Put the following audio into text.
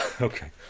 Okay